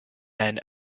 men